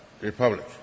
Republic